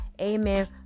amen